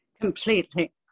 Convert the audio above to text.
Completely